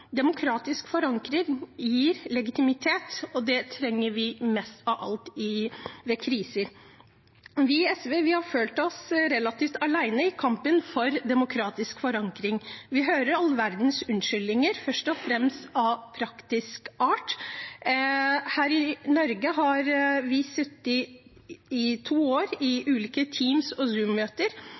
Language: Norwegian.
Demokratisk forankring gir legitimitet, og det trenger vi mest av alt i kriser. Vi i SV har følt oss relativt alene i kampen for demokratisk forankring. Vi hører all verdens unnskyldninger, først og fremst av praktisk art. Her i Norge har vi sittet i to år i ulike Teams- og